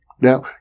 Now